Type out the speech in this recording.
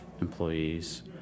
employees